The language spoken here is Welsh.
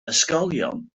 ysgolion